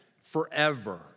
forever